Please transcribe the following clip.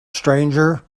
stranger